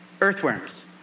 earthworms